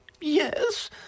Yes